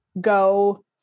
go